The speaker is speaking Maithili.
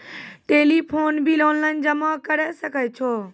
टेलीफोन बिल ऑनलाइन जमा करै सकै छौ?